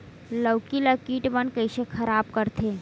लौकी ला कीट मन कइसे खराब करथे?